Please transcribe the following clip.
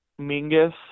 Mingus